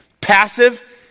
Passive